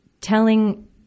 telling